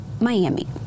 Miami